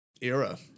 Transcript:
era